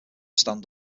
stand